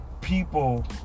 people